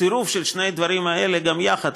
צירוף של שני הדברים האלה גם יחד,